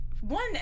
one